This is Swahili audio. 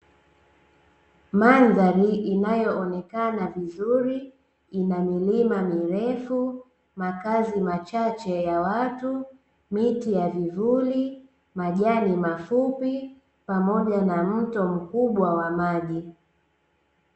Mandhari inayoonekana vizuri, ina milima mirefu, makazi machache ya watu, miti ya vivuli, majani mafupi pamoja na mto mkubwa wa maji.